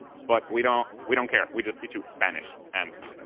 but we don't we don't care. we just teach you spanish, and